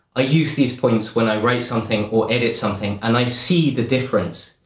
i use these points when i write something or edit something, and i see the difference.